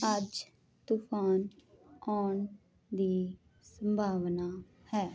ਅੱਜ ਤੂਫ਼ਾਨ ਆਉਣ ਦੀ ਸੰਭਾਵਨਾ ਹੈ